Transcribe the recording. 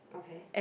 okay